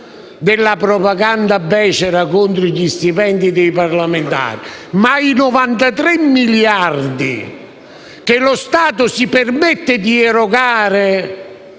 della propaganda becera contro gli stipendi dei parlamentari - che lo Stato si permette di erogare